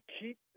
keep